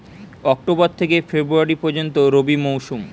October থেকে February পর্যন্ত রবি মৌসুম